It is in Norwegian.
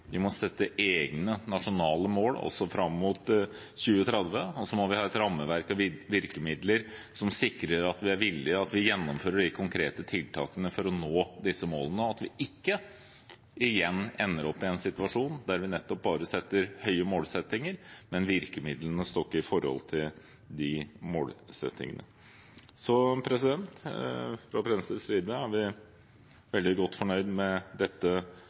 vi må også sette egne, nasjonale mål fram mot 2030 – og der vi har et rammeverk og virkemidler som sikrer at vi gjennomfører de konkrete tiltakene for å nå disse målene, og ikke igjen ender opp i en situasjon der vi bare setter høye målsettinger, men der virkemidlene ikke står i forhold til målsettingene. Fra Venstres side er vi veldig godt fornøyd med dette